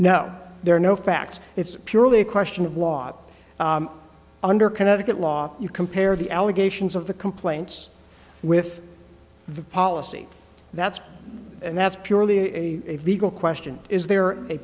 are no facts it's purely a question of law under connecticut law you compare the allegations of the complaints with the policy that's and that's purely a legal question is there a